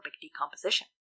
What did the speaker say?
decomposition